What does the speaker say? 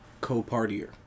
co-partier